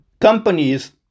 Companies